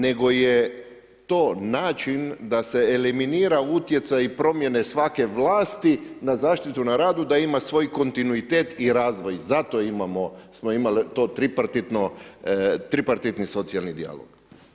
Nego je to način da se eliminira utjecaj i promjena svake vlasti na zaštitu na radu da ima svoj kontinuitet i razvoj, zato imamo, smo imali to tripartitno socijalni dijalog.